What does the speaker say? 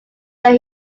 where